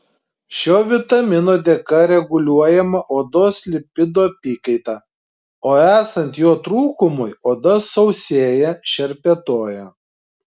šio vitamino dėka reguliuojama odos lipidų apykaita o esant jo trūkumui oda sausėja šerpetoja